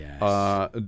yes